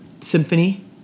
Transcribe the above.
symphony